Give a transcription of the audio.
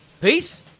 peace